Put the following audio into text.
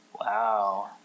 Wow